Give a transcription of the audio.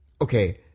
Okay